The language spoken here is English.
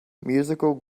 musical